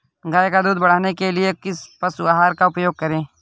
गाय का दूध बढ़ाने के लिए किस पशु आहार का उपयोग करें?